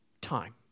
time